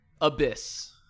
abyss